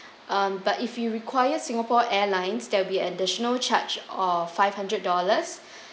um but if you requires singapore airlines there will be additional charge or five hundred dollars